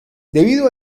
debido